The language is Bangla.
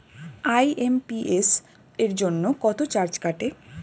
আই.এম.পি.এস জন্য কত চার্জ কাটে?